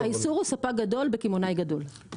נכון, האיסור הוא ספק גדול בקמעונאי גדול.